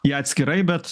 ją atskirai bet